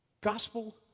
gospel